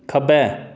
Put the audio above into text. खब्बै